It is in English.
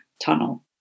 tunnel